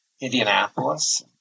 Indianapolis